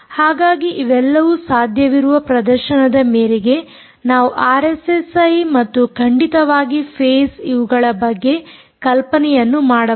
ಹಾಗಾಗಿ ಇವೆಲ್ಲವೂ ಸಾಧ್ಯವಿರುವ ಪ್ರದರ್ಶನದ ಮೇರೆಗೆ ನಾವು ಈ ಆರ್ಎಸ್ಎಸ್ಐ ಮತ್ತು ಖಂಡಿತವಾಗಿ ಫೇಸ್ ಇವುಗಳ ಬಗ್ಗೆ ಕಲ್ಪನೆಯನ್ನು ಮಾಡಬಹುದು